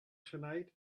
tonight